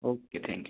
okay thank you